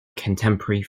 contemporary